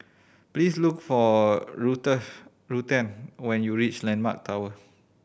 please look for Ruthanne when you reach Landmark Tower